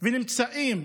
ונמצאים